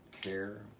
care